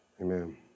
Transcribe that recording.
Amen